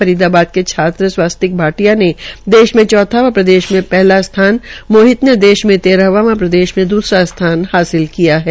फरीदाबाद के छात्र स्वस्तिक भाटिया ने देश में चौथा व प्रदेश में पहला स्थान व मोहित ने देश में तेहरवें व प्रदेश में द्रसरा स्थान हासिल किया है